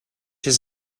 his